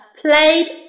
played